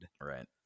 Right